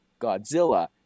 godzilla